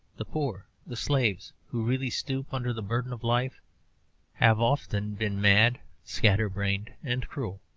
the poor the slaves who really stoop under the burden of life have often been mad, scatter-brained and cruel,